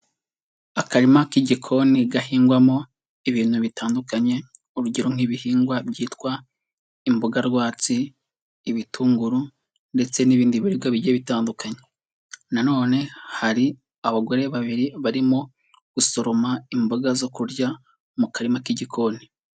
Akarima k'igikoni gahingwamo ibintu bitandukanye, urugero nk'ibihingwa byitwa imboga rwatsi, ibitunguru, ndetse n'ibindi biribwa bigiye bitandukanye, nanone hari abagore babiri barimo gusoroma imboga zo kurya mu karima k'igikoni.